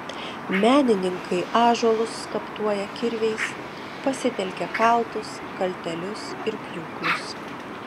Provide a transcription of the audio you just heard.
menininkai ąžuolus skaptuoja kirviais pasitelkia kaltus kaltelius ir pjūklus